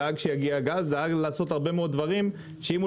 דאג שיגיע גז ולעשות הרבה מאוד דברים שאם הוא